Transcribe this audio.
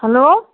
hello